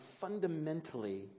fundamentally